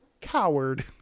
coward